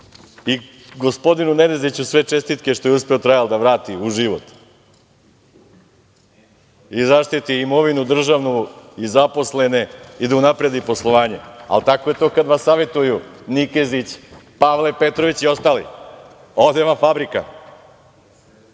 Gospodinu Neneziću sve čestitke što je uspeo "Trajal" da vrati u život i zaštiti državnu imovinu, zaposlene i da unapredi poslovanje. Ali, tako je to kad vas savetuju Nikezić, Pavle Petrović i ostali, ode vam fabrika!